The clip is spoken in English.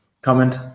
comment